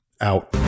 out